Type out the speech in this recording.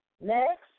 Next